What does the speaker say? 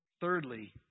Thirdly